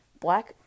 black